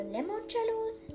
Lemoncello's